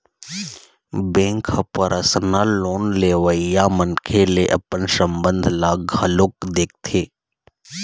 bank ह personal loan लेवइया मनखे ले अपन संबंध ल घलोक देखथे